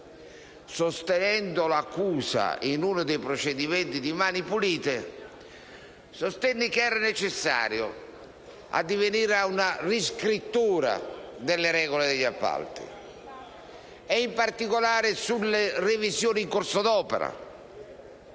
sostenendo l'accusa in uno dei procedimenti di Mani pulite, sostenni che era necessario addivenire a una riscrittura delle regole degli appalti, in particolare sulle revisioni in corso d'opera.